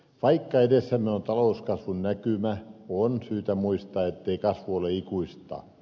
vaikka edessämme on talouskasvun näkymä on syytä muistaa ettei kasvu ole ikuista